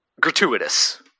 Gratuitous